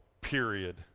period